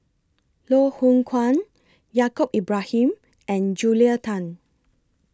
Loh Hoong Kwan Yaacob Ibrahim and Julia Tan